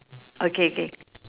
okay K